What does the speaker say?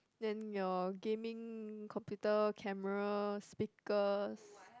then your gaming computer camera speakers